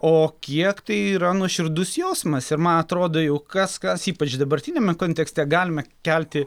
o kiek tai yra nuoširdus jausmas ir man atrodo jau kas kas ypač dabartiniame kontekste galime kelti